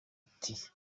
ati